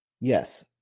Yes